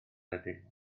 adeilad